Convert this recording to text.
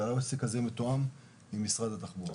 העסק הזה מתואם עם משרד התחבורה.